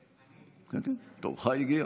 כן, תורך הגיע.